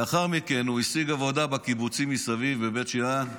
לאחר מכן הוא השיג עבודה בקיבוצים מסביב לבית שאן,